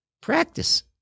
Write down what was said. practice